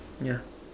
yeah